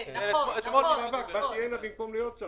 --- כל מה שהוא תיקוני ניסוח הממשלה מוכנה.